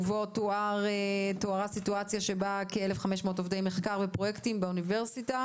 ובו תוארה סיטואציה שבה כ-1,500 עובדי מחקר ופרויקטים באוניברסיטה